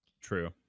True